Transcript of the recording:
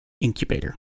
incubator